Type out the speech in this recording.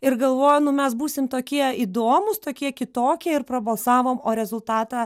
ir galvoju nu mes būsim tokie įdomūs tokie kitokie ir prabalsavom o rezultatą